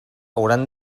hauran